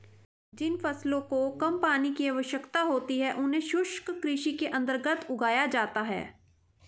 जिन फसलों को कम पानी की आवश्यकता होती है उन्हें शुष्क कृषि के अंतर्गत उगाया जाता है